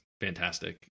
fantastic